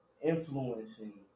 Influencing